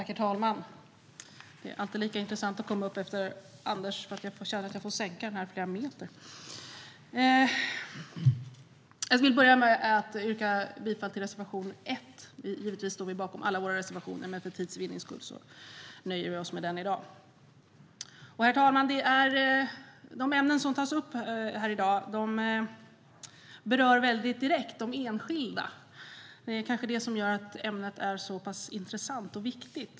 Herr talman! Jag vill börja med att yrka bifall till reservation 1. Givetvis står vi bakom alla våra reservationer, men för tids vinnande nöjer vi oss med den i dag. Herr talman! De ämnen som tas upp här i dag berör väldigt direkt de enskilda. Det är kanske det som gör ämnet så pass intressant och viktigt.